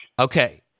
Okay